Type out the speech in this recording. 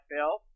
Bill